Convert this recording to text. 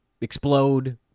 explode